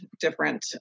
different